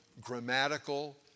grammatical